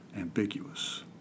ambiguous